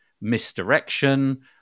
misdirection